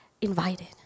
invited